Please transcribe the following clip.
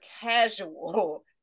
casual